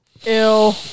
ew